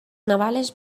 navales